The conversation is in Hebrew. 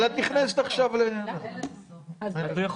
יש